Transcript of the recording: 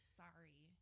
sorry